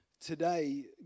today